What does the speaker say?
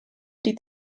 die